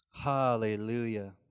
Hallelujah